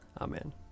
Amen